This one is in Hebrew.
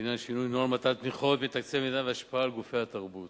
בעניין שינוי נוהל מתן תמיכות מתקציב המדינה וההשפעה על גופי התרבות,